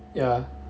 ya